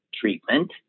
treatment